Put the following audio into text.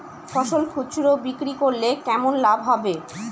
ফসল খুচরো বিক্রি করলে কেমন লাভ হবে?